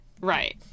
Right